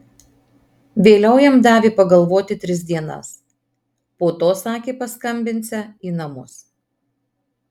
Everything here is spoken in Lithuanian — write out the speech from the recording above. vėliau jam davė pagalvoti tris dienas po to sakė paskambinsią į namus